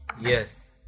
Yes